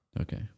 Okay